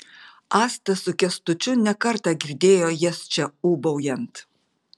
asta su kęstučiu ne kartą girdėjo jas čia ūbaujant